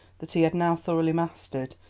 that he had now thoroughly mastered,